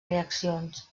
reaccions